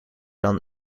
dan